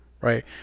Right